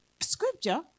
scripture